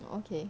okay